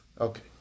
Okay